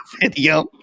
video